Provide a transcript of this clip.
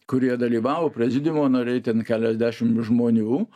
kurie dalyvavo prezidiumo nariai ten keliasdešimt žmonių